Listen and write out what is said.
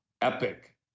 epic